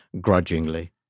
grudgingly